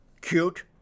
Cute